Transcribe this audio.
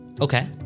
Okay